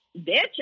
bitch